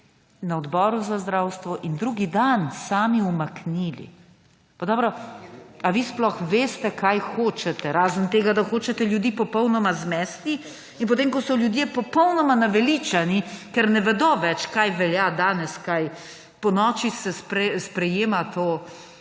na Odboru za zdravstvo in drugi dan sami umaknili. Pa dobro, ali vi sploh veste, kaj hočete, razen tega da hočete ljudi popolnoma zmesti?! In potem, ko so ljudje popolnoma naveličani, ker ne vedo več, kaj velja danes, kaj ponoči, ko se sprejemajo